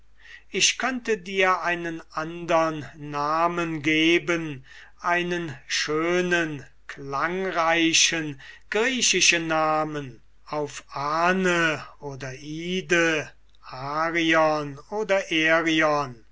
ich könnte dir einen andern namen geben einen schönen klangreichen griechischen namen auf ane oder ide arion oder